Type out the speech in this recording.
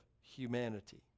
humanity